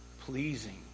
pleasing